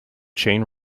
chain